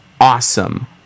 Awesome